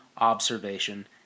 observation